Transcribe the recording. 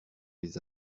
les